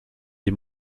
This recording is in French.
des